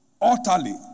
Utterly